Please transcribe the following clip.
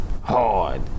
Hard